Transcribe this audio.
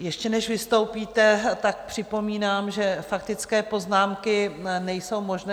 Ještě než vystoupíte, připomínám, že faktické poznámky nejsou možné.